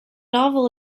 novel